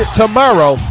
tomorrow